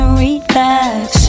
relax